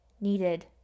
needed